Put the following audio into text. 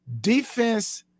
defense